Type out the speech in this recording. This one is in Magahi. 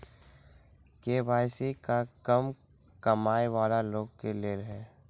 के.वाई.सी का कम कमाये वाला लोग के लेल है?